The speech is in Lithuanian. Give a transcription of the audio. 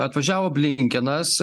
atvažiavo blinkinas